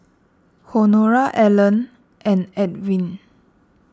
Honora Alannah and Edw